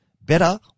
better